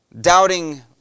Doubting